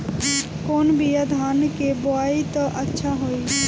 कौन बिया धान के बोआई त अच्छा होई?